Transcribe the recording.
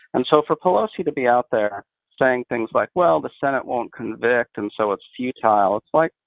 and so for pelosi to be out there saying things like, well, the senate won't convict and so it's futile, it's like,